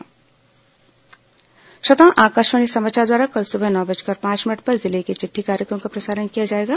जिले की चिट्ठी श्रोताओं आकाशवाणी समाचार द्वारा कल सुबह नौ बजकर पांच मिनट पर जिले की चिट्ठी कार्यक्रम का प्रसारण किया जाएगा